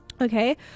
Okay